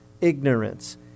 ignorance